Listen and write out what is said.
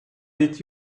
did